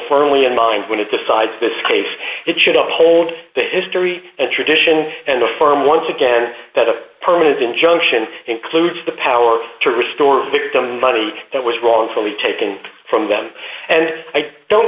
firmly in mind when it decides this case it should uphold the history and tradition and affirm once again that a permanent injunction includes the power to restore victim money that was wrongfully taken from them and i don't